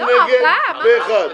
מי בעד?